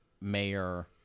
mayor